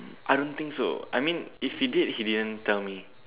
I don't think so I mean if he did he didn't tell me